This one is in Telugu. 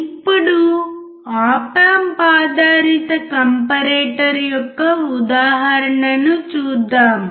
ఇప్పుడు ఆప్ ఆంప్ ఆధారిత కంపారిటర్ యొక్క ఉదాహరణను చూద్దాం